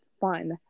fun